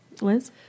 Liz